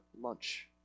lunch